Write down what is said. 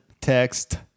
Text